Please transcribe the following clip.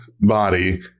body